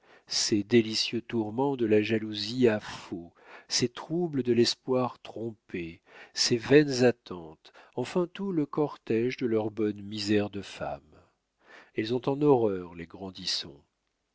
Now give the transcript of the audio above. ces délicieux tourments de la jalousie à faux ces troubles de l'espoir trompé ces vaines attentes enfin tout le cortége de leurs bonnes misères de femme elles ont en horreur les grandisson